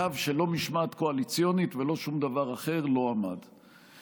קו שלא משמעת קואליציונית ולא שום דבר אחר לא עמד מולו.